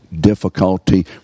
difficulty